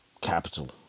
capital